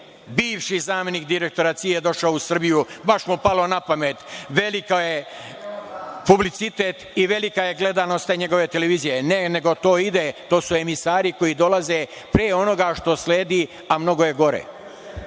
bivši zamenik direktora CIA došao u Srbiju, baš mu palo na pamet, veliki je publicitet i velika je gledanost te njegove televizije. Ne, nego to ide, to su emisari koji dolaze pre onoga što sledi, a mnogo je gore.